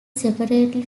separately